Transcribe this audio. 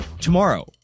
Tomorrow